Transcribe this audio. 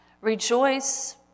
Rejoice